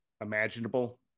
imaginable